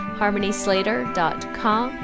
harmonyslater.com